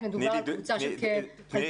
מדובר על קבוצה של כ-2,000